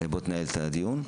בוא תנהל את הדיון.